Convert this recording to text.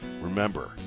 Remember